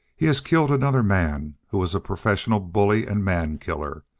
he has killed another man who was a professional bully and mankiller.